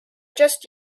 just